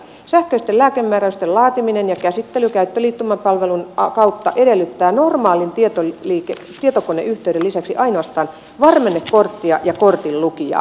sähköisten lääkemääräysten laatiminen ja käsittely käyttöliittymäpalvelun kautta edellyttää normaalin tietokoneyhteyden lisäksi ainoastaan varmennekorttia ja kortinlukijaa